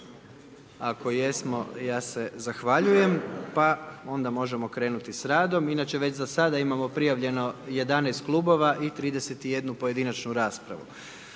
Ako jesmo, ja se zahvaljujem, pa onda možemo krenuti s radom. Inače već za sada imao prijavljeno 11 Klubova i 31 pojedinačnu raspravu.